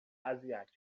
asiática